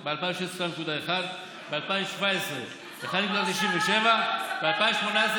או 900,000 איש שמרוויחים שכר מינימום ולא גומרים את החודש,